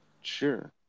Sure